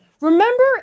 Remember